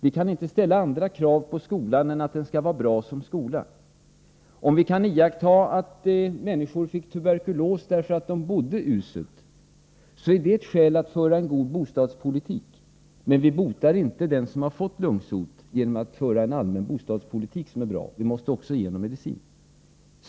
Vi kan inte ställa andra krav på skolan än att den skall vara bra som skola. När vi kunde iaktta att människor fick tuberkulos därför att de bodde uselt, var det ett skäl att föra en god bostadspolitik. Men vi botar inte den som redan har fått lungsot genom att föra en allmän bostadspolitik som är bra. Vi måste också ge honom medicin.